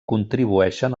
contribueixen